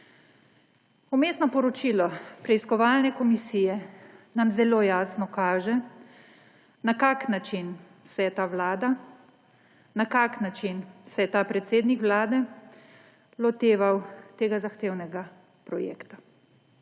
Vmesno poročilo preiskovalne komisije nam zelo jasno kaže, na kakšen način se je ta vlada, na kakšen način se ta predsednik vlade loteval tega zahtevnega projekta.